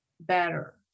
better